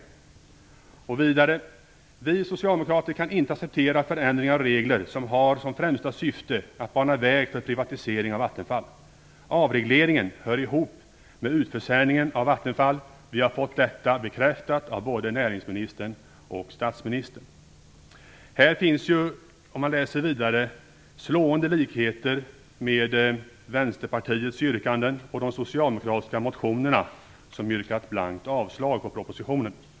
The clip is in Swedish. Vidare säger han: "Vi socialdemokrater kan inte acceptera förändringar av regler som har som främsta syfte att bana väg för privatisering av Vattenfall. Avregleringen hör ihop med utförsäljningen av Vattenfall. Vi har fått detta bekräftat av både näringsministern och statsministern." Här finns, om man läser vidare, slående likheter med Vänsterpartiets yrkanden och de socialdemokratiska motionerna, där man yrkat blankt avslag på propositionen.